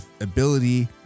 ability